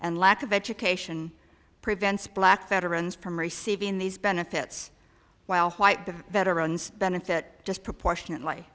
and lack of education prevents black veterans from receiving these benefits while white the veterans benefit disproportionately